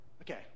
Okay